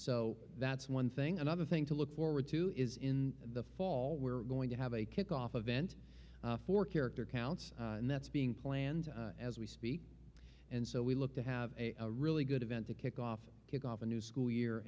so that's one thing another thing to look forward to is in the fall we're going to have a kickoff event for character counts and that's being planned as we speak and so we look to have a really good event to kick off kick off a new school